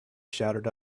shouted